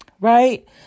right